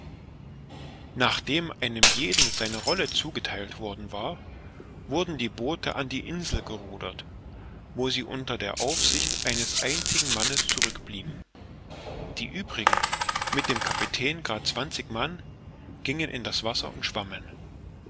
nachdem einem jeden seine rolle zugetheilt worden war wurden die boote an die insel gerudert wo sie unter der aufsicht eines einzigen mannes zurückblieben die uebrigen mit dem kapitän grad zwanzig mann gingen in das wasser und schwammen